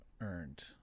earned